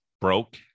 broke